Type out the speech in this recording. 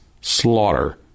slaughter